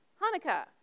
Hanukkah